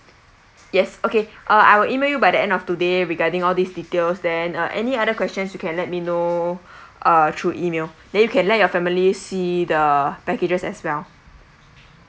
yes okay uh I'll email you by the end of today regarding all these details then uh any other questions you can let me know ah through email then you can let your family see the packages as well